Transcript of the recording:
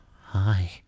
Hi